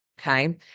okay